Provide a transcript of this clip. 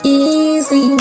easy